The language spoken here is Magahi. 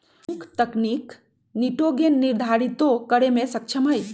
उख तनिक निटोगेन निर्धारितो करे में सक्षम हई